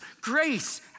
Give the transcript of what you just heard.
grace